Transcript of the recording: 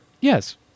Yes